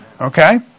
Okay